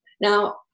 Now